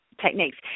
techniques